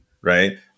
right